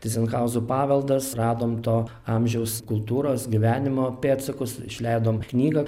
tyzenhauzų paveldas radom to amžiaus kultūros gyvenimo pėdsakus išleidom knygą